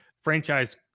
franchise